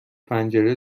پنجره